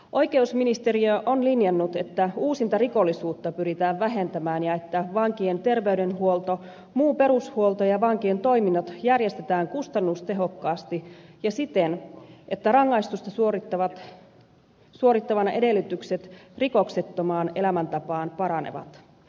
oikeusministeriö on linjannut että uusintarikollisuutta pyritään vähentämään ja että vankien terveydenhuolto muu perushuolto ja vankien toiminnot järjestetään kustannustehokkaasti ja siten että rangaistusta suorittavan edellytykset rikoksettomaan elämäntapaan paranevat